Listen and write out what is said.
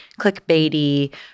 clickbaity